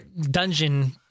dungeon